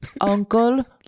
Uncle